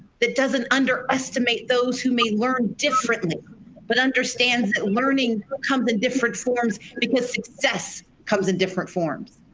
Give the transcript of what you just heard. that doesn't underestimate those who may learn differently but understands that learning comes in different forms because success comes in different forms.